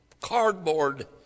cardboard